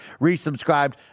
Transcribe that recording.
resubscribed